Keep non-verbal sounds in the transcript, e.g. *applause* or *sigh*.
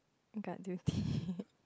got duty *laughs*